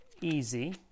easy